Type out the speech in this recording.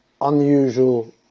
unusual